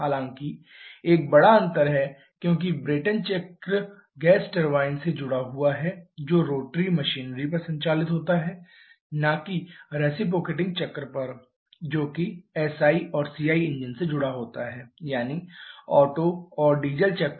हालांकि एक बड़ा अंतर है क्योंकि ब्रेटन चक्र गैस टर्बाइन से जुड़ा हुआ है जो रोटरी मशीनरी पर संचालित होता है न कि रिसिप्रोकेटिंग पर जोकि SI और CI इंजन से जुड़ा होता है यानी ओटो और डीजल चक्र